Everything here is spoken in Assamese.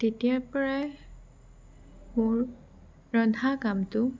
তেতিয়াৰ পৰাই মোৰ ৰন্ধা কামটো